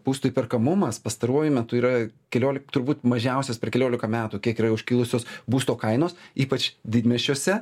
būsto įperkamumas pastaruoju metu yra keliolik turbūt mažiausias per keliolika metų kiek yra užkilusios būsto kainos ypač didmiesčiuose